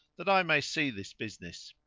that i may see this business.